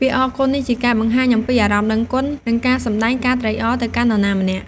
ពាក្យអរគុណនេះជាការបង្ហាញអំពីអារម្មណ៍ដឹងគុណ និងការសម្ដែងការត្រេកអរទៅកាន់នរណាម្នាក់។